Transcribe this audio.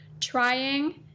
trying